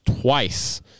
twice